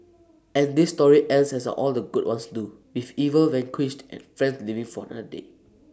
and this story ends as all the good ones do with evil vanquished and friends living for another day